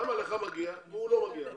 למה לך מגיע ולהוא לא מגיע?